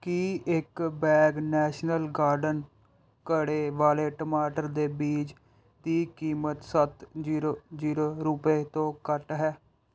ਕੀ ਇੱਕ bag national garden ਘੜੇ ਵਾਲੇ ਟਮਾਟਰ ਦੇ ਬੀਜ ਦੀ ਕੀਮਤ ਸੱਤ ਜ਼ੀਰੋ ਜ਼ੀਰੋ ਰੁਪਏ ਤੋਂ ਘੱਟ ਹੈ